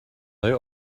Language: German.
neu